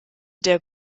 der